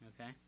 okay